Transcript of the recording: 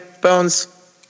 Bones